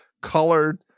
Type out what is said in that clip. colored